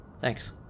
Thanks